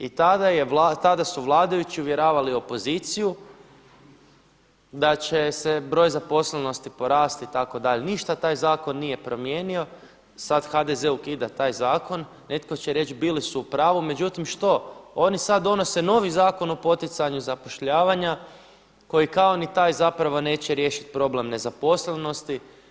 I tada su vladajući uvjeravali opoziciju da će se broj zaposlenosti itd. ništa taj zakon nije promijenio, sad HDZ ukida taj zakon, netko će reći bili su u pravu, međutim što, oni sad donose novi Zakon o poticanju zapošljavanja koji kao ni taj zapravo neće riješiti problem nezaposlenosti.